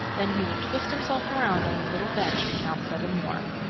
then he would twist himself around on the little bench, and count seven more.